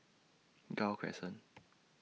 Gul Crescent